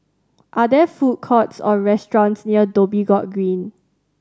are there food courts or restaurants near Dhoby Ghaut Green